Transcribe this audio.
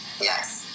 Yes